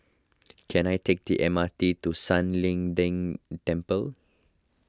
can I take the M R T to San Lian Deng Temple